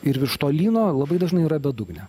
ir virš to lyno labai dažnai yra bedugnė